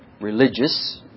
Religious